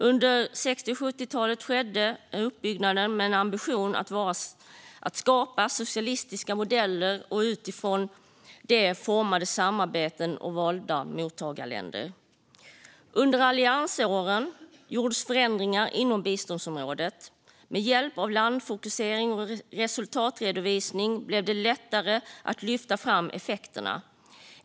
Under 60 och 70-talen skedde uppbyggnaden med en ambition att skapa socialistiska modeller, och utifrån detta formades samarbeten med valda mottagarländer. Under alliansåren gjordes förändringar inom biståndsområdet. Med hjälp av landfokusering och resultatredovisning blev det lättare att lyfta fram effekterna.